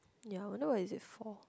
ya I wonder what is it for